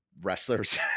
wrestlers